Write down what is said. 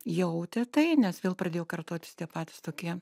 jautė tai nes vėl pradėjo kartotis tie patys tokie